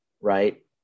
right